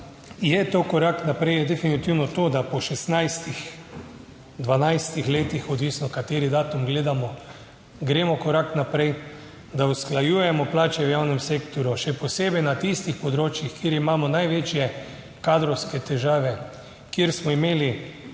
je to korak naprej, je definitivno to, da po 16., 12. letih, odvisno, kateri datum gledamo, gremo korak naprej, da usklajujemo plače v javnem sektorju, še posebej na tistih področjih, kjer imamo največje kadrovske težave, kjer smo imeli 15